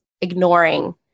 ignoring